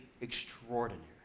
extraordinary